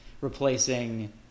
replacing